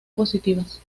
positivas